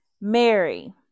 Mary